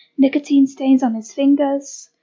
nicotine stains on his fingers,